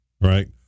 right